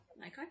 okay